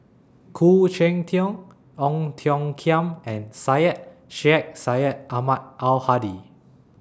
Khoo Cheng Tiong Ong Tiong Khiam and Syed Sheikh Syed Ahmad Al Hadi